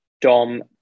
Dom